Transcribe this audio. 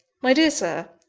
my dear sir,